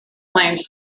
claims